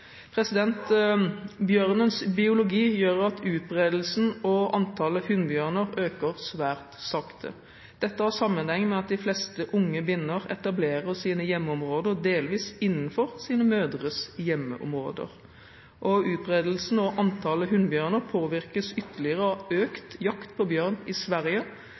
Bjørnens biologi gjør at utbredelsen og antallet hunnbjørner øker svært sakte. Dette har sammenheng med at de fleste unge binner etablerer sine hjemmeområder delvis innenfor sine mødres hjemmeområder. Utbredelsen og antallet hunnbjørner påvirkes ytterligere av økt jakt på bjørn i Sverige.